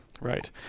right